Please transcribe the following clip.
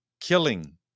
killing